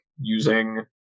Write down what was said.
using